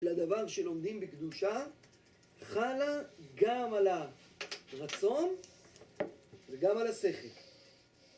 לדבר שלומדים בקדושה חלה גם על הרצון וגם על השכל